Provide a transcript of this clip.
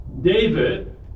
David